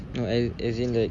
no as as in like